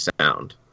sound